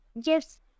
yes